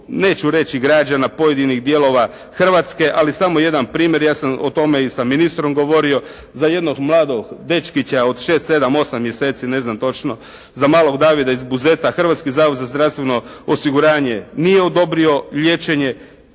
neću reći građana pojedinih dijelova Hrvatske. Ali samo jedan primjer. Ja sam o tome i sa ministrom govorio. Za jednog mladog dečkića od 6, 7, 8 mjeseci ne znam točno. Za malog Davida iz Buzeta Hrvatski zavod za zdravstveno osiguranje nije odobrio liječenje,